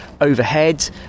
overhead